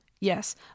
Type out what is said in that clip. Yes